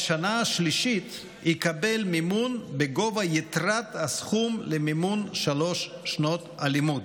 בשנה השלישית יקבל מימון בגובה יתרת הסכום למימון שלוש שנות הלימוד.